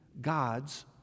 God's